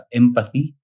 empathy